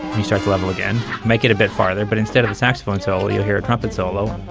you start to level again, make it a bit farther, but instead of the saxophone solo, you hear a trumpet solo